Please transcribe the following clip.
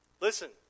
Listen